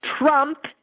Trump